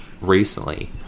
recently